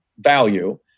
value